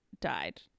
died